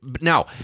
now